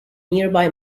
nearby